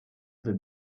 the